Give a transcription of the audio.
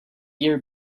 year